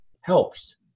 helps